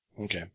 Okay